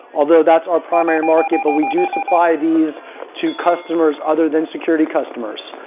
although that's our primary market. but we do supply these to customers other than security customers.